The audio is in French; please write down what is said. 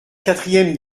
quatrième